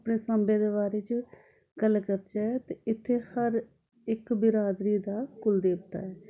अपने साम्बे दे बारे च गल्ल करचै इत्थै हर इक बरादरी दा कुल देवता ऐ